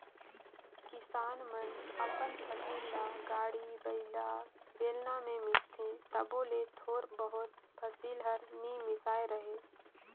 किसान मन अपन फसिल ल गाड़ी बइला, बेलना मे मिसथे तबो ले थोर बहुत फसिल हर नी मिसाए रहें